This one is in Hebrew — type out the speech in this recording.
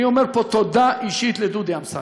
אני אומר פה תודה אישית לדודי אמסלם.